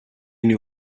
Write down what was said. knew